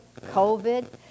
COVID